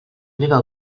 meva